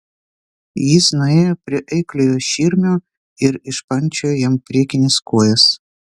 jis nuėjo prie eikliojo širmio ir išpančiojo jam priekines kojas